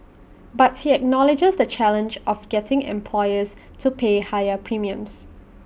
but he acknowledges the challenge of getting employers to pay higher premiums